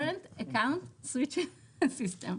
Current Account Switching System.